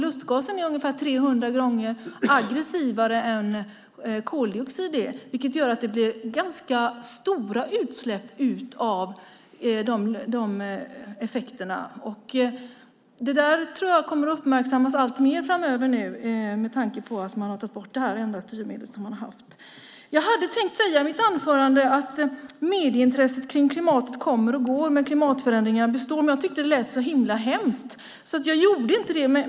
Lustgasen är ungefär 300 gånger aggressivare än koldioxid. Det gör att det blir ganska stora utsläpp av de effekterna. Det tror jag kommer att uppmärksammas alltmer framöver nu med tanke på att man har tagit bort det enda styrmedel som man har haft. Jag hade tänkt säga i mitt anförande att medieintresset kring klimatet kommer och går, men klimatförändringarna består. Jag tyckte att det lät så himla hemskt så jag gjorde inte det.